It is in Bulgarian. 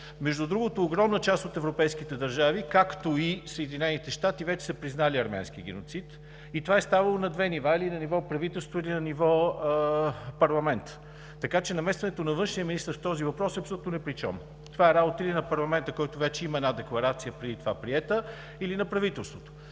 Между другото, огромна част от европейските държави, както и Съединените щати, вече са признали арменския геноцид. Това е ставало на две нива – или на ниво правителство, или на ниво парламент, така че намесването на външния министър в този въпрос е абсолютно непричом. Това е работа или на парламента, който вече има една декларация, приета преди това, или на правителството.